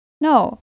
No